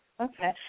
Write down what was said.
Okay